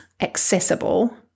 accessible